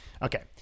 Okay